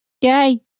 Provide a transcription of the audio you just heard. Yay